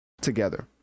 together